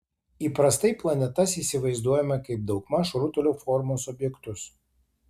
įprastai planetas įsivaizduojame kaip daugmaž rutulio formos objektus